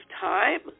time